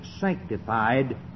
sanctified